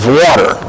water